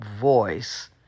voice